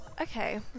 Okay